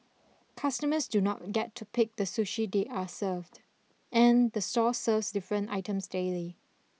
customers do not get to pick the sushi they are served and the store serves different items daily